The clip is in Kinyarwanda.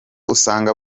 usanga